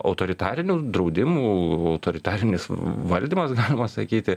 autoritarinių draudimų autoritarinis valdymas galima sakyti